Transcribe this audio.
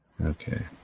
Okay